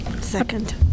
Second